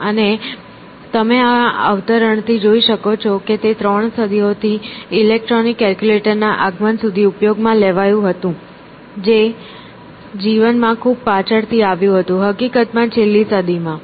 અને તમે આ અવતરણથી જોઈ શકો છો કે તે 3 સદીઓથી ઇલેક્ટ્રોનિક કેલ્ક્યુલેટર ના આગમન સુધી ઉપયોગમાં લેવાયું હતું જે જીવનમાં ખૂબ પાછળથી આવ્યું હતું હકીકતમાં છેલ્લા સદીમાં